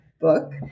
book